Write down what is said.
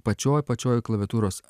pačioj apačioj klaviatūros